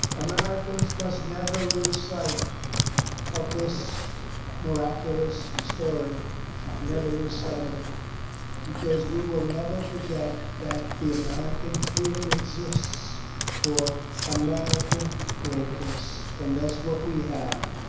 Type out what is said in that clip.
americans must never lose sight of this miraculous story. we should never lose sight of it because we will never forget that the american freedom exists for american greatness. and that's what we have.